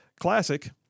Classic